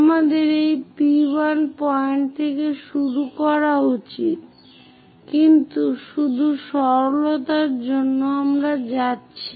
আমাদের এই P1 point থেকে শুরু করা উচিত কিন্তু শুধু সরলতার জন্য আমরা যাচ্ছি